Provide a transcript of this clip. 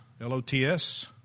L-O-T-S